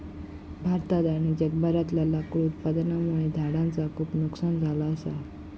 भारतात आणि जगभरातला लाकूड उत्पादनामुळे झाडांचा खूप नुकसान झाला असा